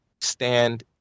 stand